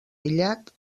aïllat